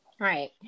Right